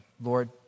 Lord